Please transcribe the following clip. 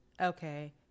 okay